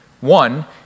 One